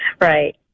Right